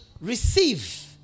receive